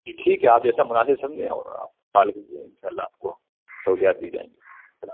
جی ٹھیک ہے آپ جیسا مناسب سمجھیں اور آپ کال کیجیے ان شاء اللہ آپ کو سہولیات دی جائیں گی خدا حافظ